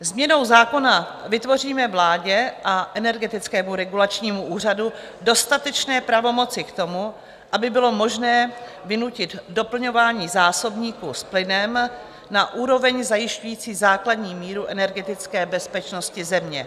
Změnou zákona vytvoříme vládě a Energetickému regulačnímu úřadu dostatečné pravomoci k tomu, aby bylo možné vynutit doplňování zásobníků s plynem na úroveň zajišťující základní míru energetické bezpečnosti země.